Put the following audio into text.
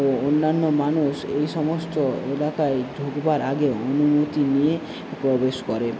অন্যান্য মানুষ এই সমস্ত এলাকায় ঢুকবার আগে অনুমতি নিয়ে প্রবেশ করে